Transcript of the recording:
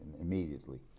immediately